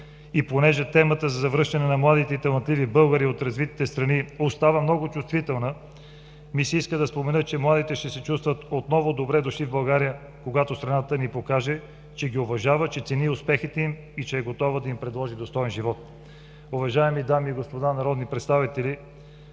И понеже темата за завръщане на младите и талантливи българи от развитите страни остава много чувствителна, ми се иска да спомена, че младите ще се чувстват отново добре дошли в България, когато страната ни покаже, че ги уважава, че цени успехите им и че е готова да им предложи достоен живот. Уважаеми дами и господа народни представители,